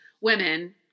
women